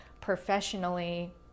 professionally